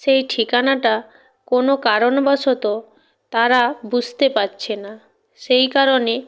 সেই ঠিকানাটা কোনোও কারণবশত তারা বুঝতে পাচ্ছে না সেই কারণে